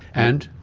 and?